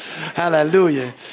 Hallelujah